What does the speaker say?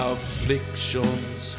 afflictions